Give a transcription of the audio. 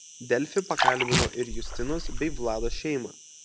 delfi pakalbino ir justinos bei vlado šeimą